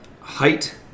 height